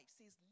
says